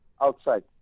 outside